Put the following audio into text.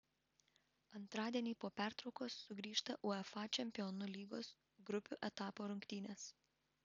antradienį po pertraukos sugrįžta uefa čempionų lygos grupių etapo rungtynės